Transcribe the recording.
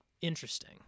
interesting